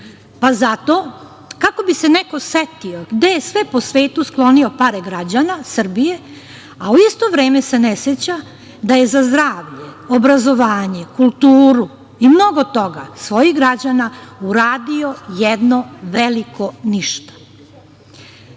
Zato kako bi se neko setio gde je sve po svetu sklonio pare građana Srbije, a u isto vreme se ne seća da je za zdravlje, obrazovanje, kulturu, i mnogo toga, svojih građana, uradio jedno veliko ništa.